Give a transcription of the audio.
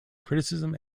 criticism